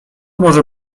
może